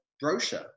brochure